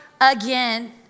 Again